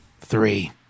Three